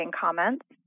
comments